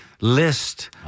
list